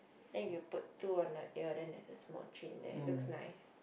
then you put two on that ear then it's a small chain there looks nice